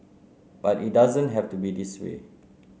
but it doesn't have to be this way